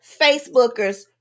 Facebookers